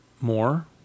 more